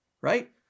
right